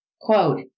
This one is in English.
quote